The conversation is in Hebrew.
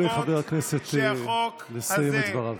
תנו לחבר הכנסת לסיים את דבריו.